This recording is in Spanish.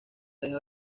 dejado